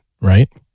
right